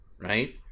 right